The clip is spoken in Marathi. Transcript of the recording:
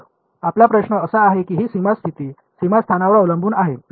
तर आपला प्रश्न असा आहे की ही सीमा स्थिती सीमा स्थानावर अवलंबून आहे